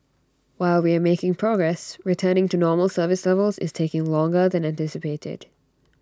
while we are making progress returning to normal service levels is taking longer than anticipated